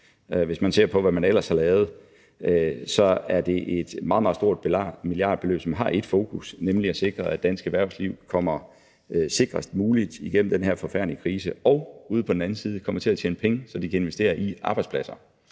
Hvis man ser på, hvad vi ellers har lavet, så det er et meget, meget stort milliardbeløb, som har ét fokus, nemlig at sikre, at dansk erhvervsliv kommer sikrest muligt igennem den her forfærdelige krise og ude på den anden side kommer til at tjene penge, så de kan investere i arbejdspladser.